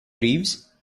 reeves